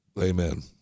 Amen